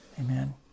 Amen